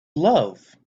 love